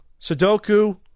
Sudoku